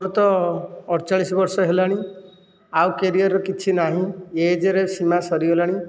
ମୋ'ର ତ ଅଠଚାଳିଶ ବର୍ଷ ହେଲାଣି ଆଉ କ୍ୟାରିଅରର କିଛି ନାହିଁ ଏଜ୍ରେ ସୀମା ସରିଗଲାଣି